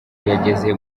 yageze